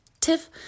TIFF